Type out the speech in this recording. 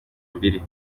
mbili